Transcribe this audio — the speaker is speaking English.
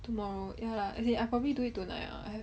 tomorrow ya lah as in I probably do it tonight